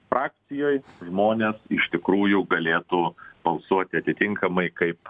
frakcijoj žmonės iš tikrųjų galėtų balsuoti atitinkamai kaip